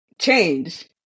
change